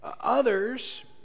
Others